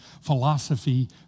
philosophy